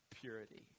purity